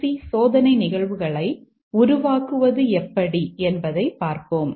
C சோதனை நிகழ்வுகளை உருவாக்குவது எப்படி என்பதைப் பார்ப்போம்